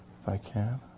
i can.